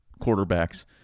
quarterbacks